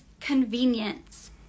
convenience